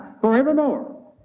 forevermore